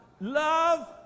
love